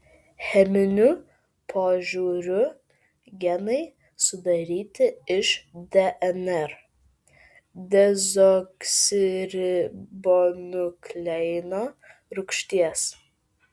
cheminiu požiūriu genai sudaryti iš dnr dezoksiribonukleino rūgšties